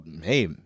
Hey